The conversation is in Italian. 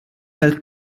dal